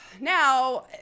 Now